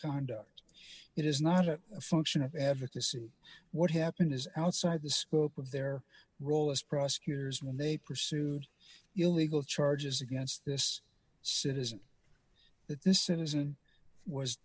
conduct it is not a function of advocacy what happened is outside the scope of their role as prosecutors when they pursued illegal charges against this citizen that this citizen was